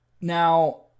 Now